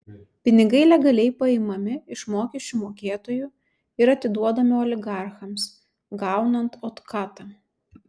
pinigai legaliai paimami iš mokesčių mokėtojų ir atiduodami oligarchams gaunant otkatą